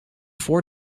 voor